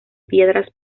piedras